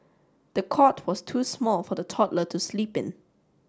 the cot was too small for the toddler to sleep in